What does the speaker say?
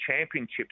championships